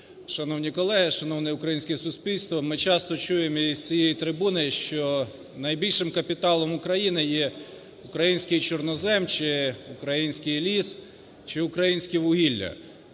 Шановні колеги! Шановне українське суспільство! Ми часто чуємо із цієї трибуни, що найбільшим капіталом України є український чорнозем, чи український ліс, чи українське вугілля.